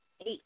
eight